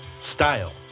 Style